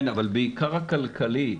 כן אבל בעיקר הכלכלי,